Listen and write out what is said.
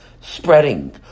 spreading